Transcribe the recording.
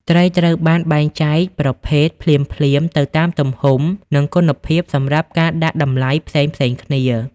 ត្រីត្រូវបាន បែងចែកប្រភេទ ភ្លាមៗទៅតាមទំហំ និងគុណភាពសម្រាប់ការដាក់តម្លៃផ្សេងៗគ្នា។